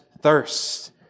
thirst